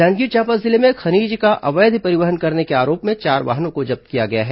जांजगीर चांपा जिले में खनिज का अवैध परिवहन करने के आरोप में चार वाहनों को जब्त किया गया है